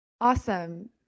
Awesome